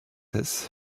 his